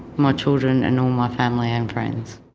my children and all my family and friends.